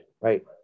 right